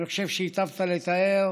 אני חושב שהיטבת לתאר